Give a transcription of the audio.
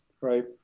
right